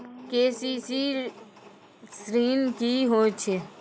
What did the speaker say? KCC ॠन की होय छै?